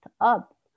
up